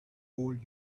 all